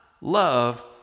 love